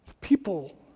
people